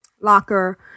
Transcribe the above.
locker